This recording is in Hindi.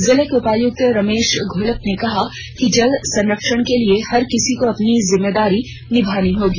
जिले के उपायुक्त रमेश घोलप ने कहा कि जल संरक्षण के लिए हर किसी को अपनी जिम्मेदारी निभानी होगी